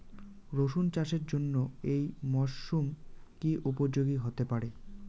রসুন চাষের জন্য এই মরসুম কি উপযোগী হতে পারে?